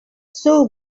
saw